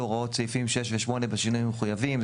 הוראות סעיפים 6 ו־,8 בשינויים המחויבים.